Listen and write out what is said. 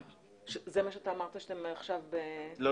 זה מה שאתה אמרת שאתם עכשיו --- לא,